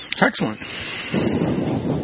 excellent